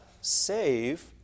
save